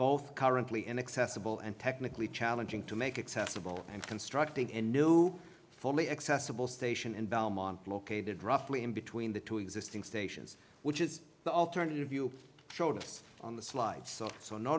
both currently inaccessible and technically challenging to make acceptable and constructing a fully accessible station and belmont located roughly in between the two existing stations which is the alternative you showed us on the slide so so no